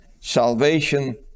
salvation